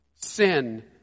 Sin